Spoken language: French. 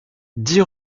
dix